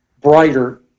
brighter